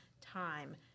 time